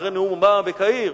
אחרי נאום אובמה בקהיר,